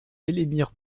elémir